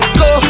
go